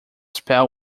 spell